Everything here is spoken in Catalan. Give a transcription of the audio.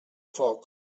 foc